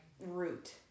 root